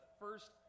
first